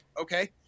okay